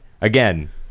Again